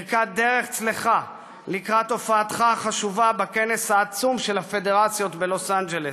דרך צלחה לקראת הופעתך החשובה בכנס העצום של הפדרציות בלוס אנג'לס.